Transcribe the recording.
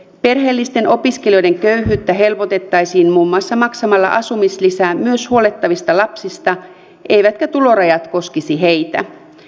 perheellisten opiskelijoiden köyhyyttä helpotettaisiin muun muassa maksamalla asumislisää myös huollettavista lapsista eivätkä tulorajat koskisi heitä